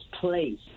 place